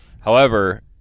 However-